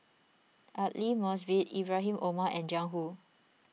Aidli Mosbit Ibrahim Omar and Jiang Hu